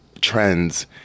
trends